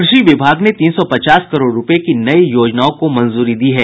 कृषि विभाग ने तीन सौ पचास करोड़ रूपये की नयी योजनाओं को मंजूरी दी है